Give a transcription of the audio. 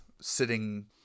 sitting